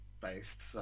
based